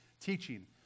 teaching